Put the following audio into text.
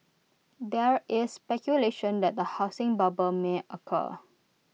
there is speculation that the housing bubble may occur